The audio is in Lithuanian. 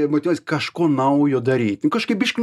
motyvacijos kažko naujo daryti nu kažkaip biškį